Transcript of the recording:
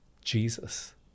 Jesus